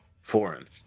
foreign